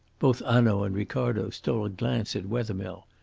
both hanaud and ricardo stole a glance at wethermill.